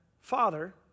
father